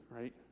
right